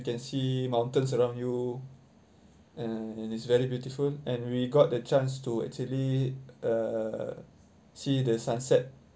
you can see mountains around you and it's very beautiful and we got the chance to actually uh see the sunset